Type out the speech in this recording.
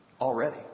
Already